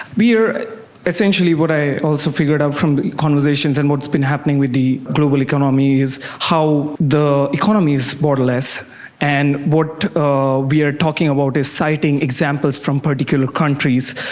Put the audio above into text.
we are essentially, what i also figured out from the conversations and what's been happening with the global economy is how the economy is a borderless and what ah we are talking about is citing examples from particular countries.